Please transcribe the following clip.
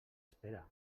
espera